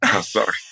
sorry